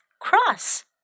cross